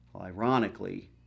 Ironically